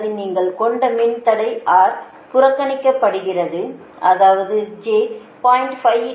அல்லது நீங்கள் கொண்ட மின்தடை R புறக்கணிக்கப்படுகிறது அதாவது j 0